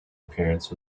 appearance